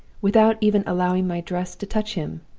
without even allowing my dress to touch him,